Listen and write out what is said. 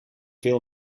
veel